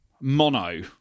mono